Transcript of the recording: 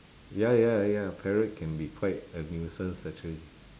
ya ya ya parrot can be quite a nuisance actually